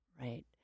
Right